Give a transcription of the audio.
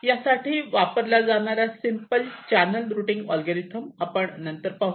यासाठी वापरला जाणारा सिम्पल चॅनल रुटींग अल्गोरिदम आपण नंतर पाहू